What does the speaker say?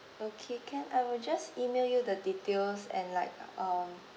okay can I will just email you the details and like um